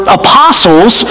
apostles